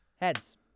Heads